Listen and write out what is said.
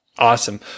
Awesome